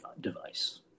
device